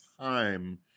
time